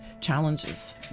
challenges